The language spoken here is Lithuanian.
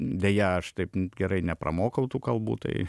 deja aš taip gerai nepramokau tų kalbų tai